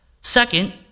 Second